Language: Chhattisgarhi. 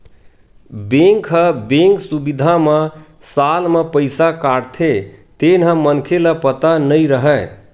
बेंक ह बेंक सुबिधा म साल म पईसा काटथे तेन ह मनखे ल पता नई रहय